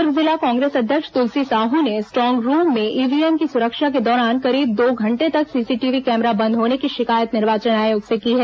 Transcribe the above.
द्र्ग जिला कांग्रेस अध्यक्ष तुलसी साह ने स्ट्रांग रूम में ईव्हीएम की सुरक्षा के दौरान करीब दो घंटे तक सीसीटीवी कैमरा बंद होने की शिकायत निर्वाचन आयोग से की है